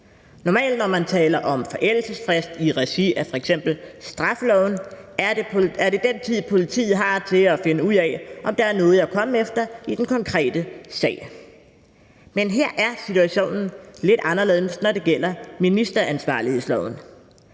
Normalt når man taler om forældelsesfrist i regi af f.eks. straffeloven, menes der den tid, politiet har til at finde ud af, om der er noget at komme efter i den konkrete sag. Men situationen er lidt anderledes, når det gælder ministeransvarlighedsloven,